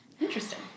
Interesting